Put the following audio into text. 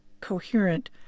coherent